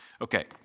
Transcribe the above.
Okay